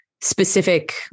specific